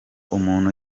umuntu